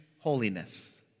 holiness